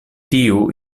tiu